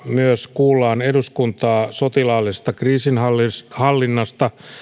myös kuullaan eduskuntaa sotilaallisesta kriisinhallinnasta